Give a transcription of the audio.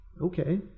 okay